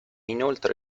inoltre